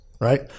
right